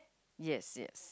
yes yes